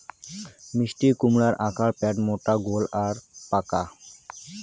মিষ্টিকুমড়ার আকার প্যাটমোটা গোল আর পাকা